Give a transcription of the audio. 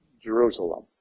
Jerusalem